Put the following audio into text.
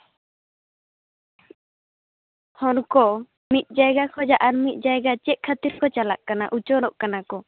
ᱦᱚᱲ ᱠᱚ ᱢᱤᱫ ᱡᱟᱭᱜᱟ ᱠᱷᱚᱱᱟᱜ ᱟᱨ ᱢᱤᱫ ᱡᱟᱭᱜᱟ ᱪᱮᱫ ᱠᱷᱟᱹᱛᱤᱨ ᱠᱚ ᱪᱟᱞᱟᱜ ᱠᱟᱱᱟ ᱩᱪᱟᱹᱲᱚᱜ ᱠᱟᱱᱟ ᱠᱚ